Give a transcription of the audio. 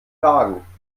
kragen